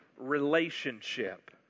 relationship